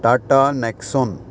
Tata Nexon